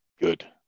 Good